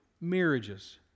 marriages